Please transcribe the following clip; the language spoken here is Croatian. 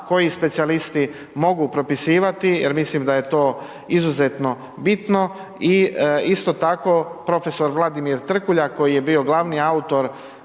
koji specijalisti mogu propisivati jer mislim da je to izuzetno bitno i isto tako prof. Vladimir Trkulja koji je bio glavni autor